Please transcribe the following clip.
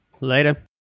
Later